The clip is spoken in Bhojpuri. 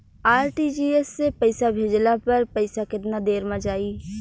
आर.टी.जी.एस से पईसा भेजला पर पईसा केतना देर म जाई?